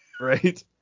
Right